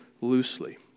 loosely